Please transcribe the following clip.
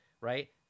right